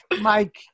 Mike